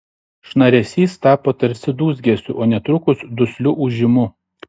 šnaresys tapo tarsi dūzgesiu o netrukus dusliu ūžimu